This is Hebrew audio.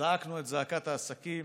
זעקנו את זעקת העסקים.